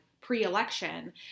pre-election